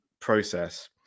process